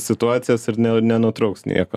situacijos ir ne nenutrauks nieko